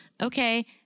okay